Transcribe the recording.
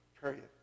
period